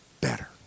Better